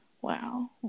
wow